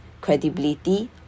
credibility